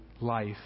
life